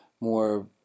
more